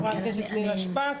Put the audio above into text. חברת הכנסת נירה שפק,